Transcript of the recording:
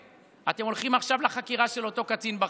אתם הולכים עכשיו לחקירה של אותו קצין בכיר,